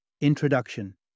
Introduction